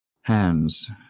hands